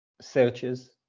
searches